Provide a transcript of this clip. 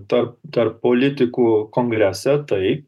tarp tarp politikų kongrese taip